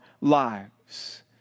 lives